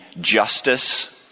justice